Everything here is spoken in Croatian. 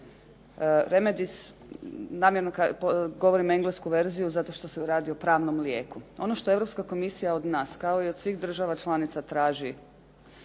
Remedies, namjerno govorim englesku verziju zato što se radi o pravnom lijeku. Ono što Europska komisija od nas, kao i od svih država članica, traži